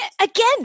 again